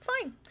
fine